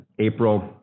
April